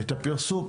את הפרסום,